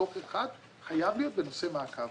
דוח אחד חייב להיות בנושא מעקב.